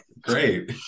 Great